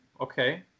okay